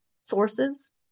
sources